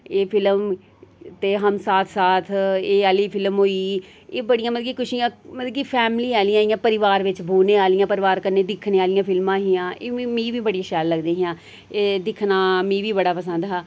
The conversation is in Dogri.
एह् फिल्म ते हम साथ साथ एह् आह्ली फिल्म होई गेई एह् बड़ियां मतलब कि कुछ इ'यां फैमिली आह्ली हियां इ'यां परिवार बिच्च बौह्ने आह्लियां परिवार कन्नै दिक्खने आह्लियां फिल्मां हियां एह् मीं बी बड़ियां शैल लगदियां हियां एह् दिक्खना मीं बी बड़ा पसंद हा